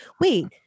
wait